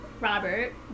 Robert